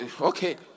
Okay